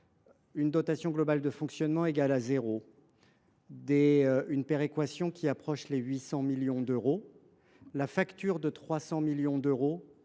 une dotation globale de fonctionnement égale à zéro et une péréquation qui approche les 800 millions d’euros, la facture de 300 millions, telle